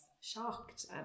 shocked